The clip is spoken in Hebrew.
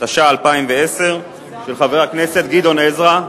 התש"ע 2010, של חבר הכנסת גדעון עזרא.